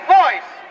voice